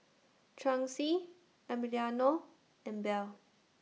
Chauncy Emiliano and Bell